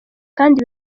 kandi